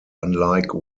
unlike